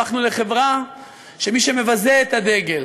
הפכנו לחברה שמי שמבזה את הדגל,